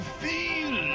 feel